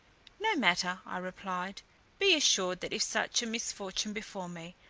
no matter, i replied be assured that if such a misfortune befall me,